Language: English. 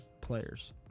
players